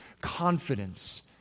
confidence